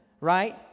right